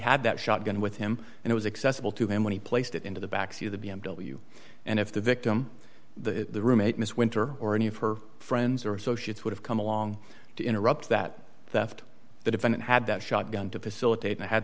had that shotgun with him and it was accessible to him when he placed it into the back seat of the b m w and if the victim the roommate miss winter or any of her friends or associates would have come along to interrupt that the defendant had that shotgun to facilitate and